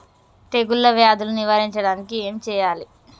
తెగుళ్ళ వ్యాధులు నివారించడానికి ఏం చేయాలి?